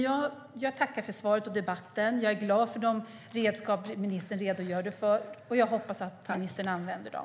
Jag tackar för svaret och debatten. Jag är glad för de redskap ministern redogjorde för, och jag hoppas att ministern använder dem.